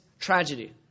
Tragedy